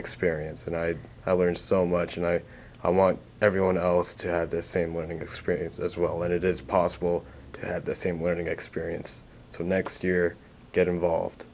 experience and i learned so much and i want everyone else to have the same winning experience as well and it is possible the same learning experience so next year get involved